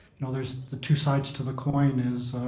and there's the two sides to the coin is